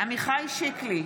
עמיחי שיקלי,